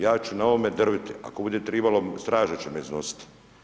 Ja ću na ovome drviti, ako bude tribalo, straža će me iznositi.